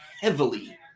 heavily